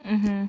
mmhmm